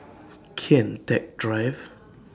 Kian Teck Drive